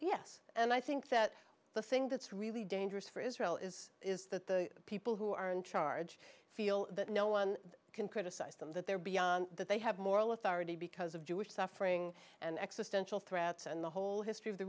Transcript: yes and i think that the thing that's really dangerous for israel is is that the people who are in charge feel that no one can criticize them that they're beyond that they have moral authority because of jewish suffering and existential threats and the whole history of the